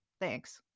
Thanks